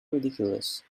ridiculous